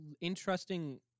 interesting